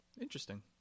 Interesting